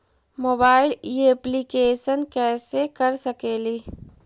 Mobile application कैसे कर सकेली?